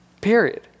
Period